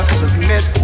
submit